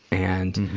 and,